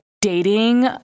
dating